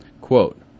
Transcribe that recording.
Quote